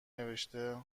نوشته